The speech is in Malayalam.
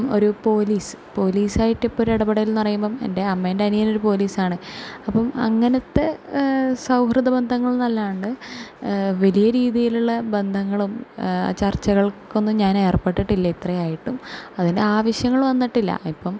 ഒരു പോലീസ് പോലീസ് ആയിട്ട് ഇപ്പൊരു ഇടപെടൽ എന്ന് പറയുമ്പം എൻ്റെ അമ്മേൻ്റെ അനിയൻ ഒരു പോലീസ് ആണ് അപ്പം അങ്ങനത്തെ സൗഹൃദ ബന്ധങ്ങൾ എന്നല്ലാണ്ട് വലിയ രീതിയിലുള്ള ബന്ധങ്ങളും ചർച്ചകൾക്ക് ഒന്നും ഞാൻ ഏർപ്പെട്ടിട്ടില്ല ഇത്രയായിട്ടും അതിൻ്റെ ആവിശ്യങ്ങൾ വന്നട്ടില്ല ഇപ്പം